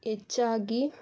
ಹೆಚ್ಚಾಗಿ